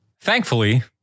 Thankfully